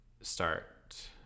start